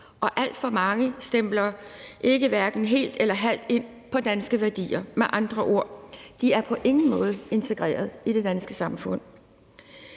og alt for mange af dem stempler hverken helt eller halvt ind på danske værdier. Med andre ord er de på ingen måde integreret i det danske samfund.